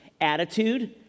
attitude